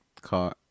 car